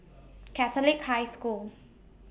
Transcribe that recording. Catholic High School